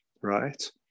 right